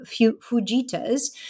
Fujitas